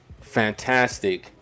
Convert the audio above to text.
fantastic